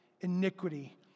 iniquity